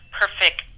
perfect